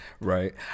Right